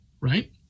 right